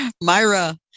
Myra